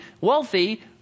wealthy